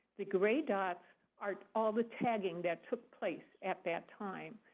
the gray dots are all the tagging that took place at that time.